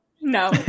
No